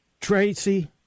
Tracy